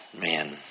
Man